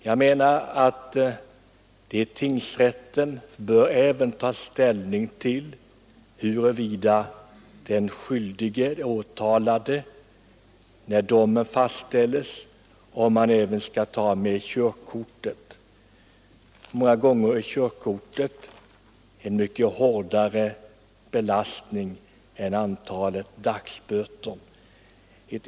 Jag anser att tingsrätten bör ta ställning även till frågan huruvida den åtalade skall få behålla körkortet eller ej. Många gånger utgör körkortsindragningen en mycket hårdare belastning än böterna.